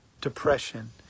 depression